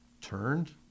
turned